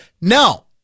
No